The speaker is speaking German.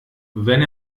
wenn